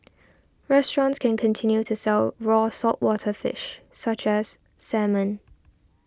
restaurants can continue to sell raw saltwater fish such as salmon